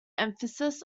emphasis